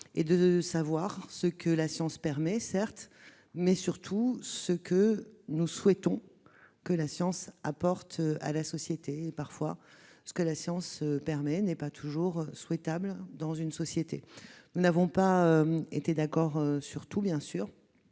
de savoir ce que la science permet, certes, mais, surtout, ce que nous souhaitons qu'elle apporte à la société. Parfois, ce que la science permet n'est pas toujours souhaitable dans une société. Nous n'avons pas été d'accord sur tout, bien sûr.